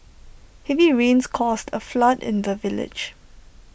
heavy rains caused A flood in the village